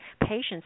patients